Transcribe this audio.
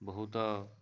ବହୁତ